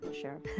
Sure